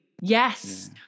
yes